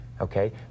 Okay